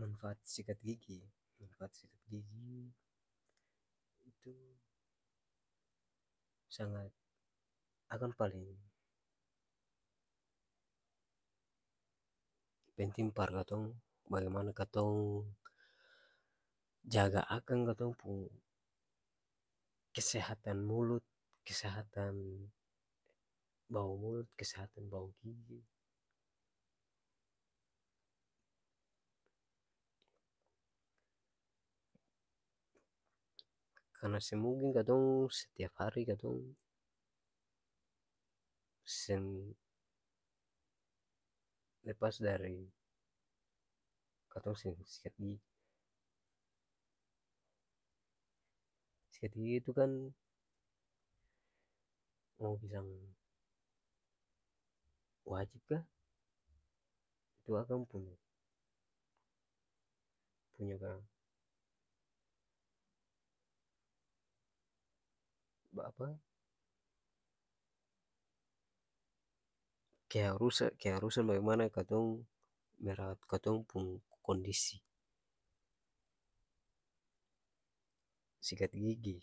Manfaat sikat gigi manfaat sikat gigi itu sangat akang paleng penting par katong bagemana katong jaga akang katong pung kesehatan mulut, kesehatan bau mulut, kesehatan bau gigi, karna seng mungkin katong s'tiap hari katong seng lepas dari katong seng sikat gigi sikat gigi itu kan wajib ka itu akang pung puny keharusa keharusan bagemana katong merawat katong pung kondisi sikat gigi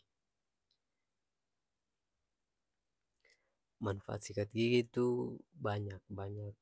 manfaat sikat gigi tu banyak banyak.